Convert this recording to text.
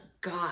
God